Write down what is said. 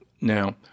Now